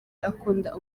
akunda